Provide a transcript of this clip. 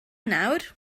nawr